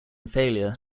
failure